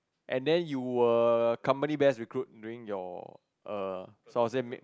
and then you were company best recruit during your err so I will say make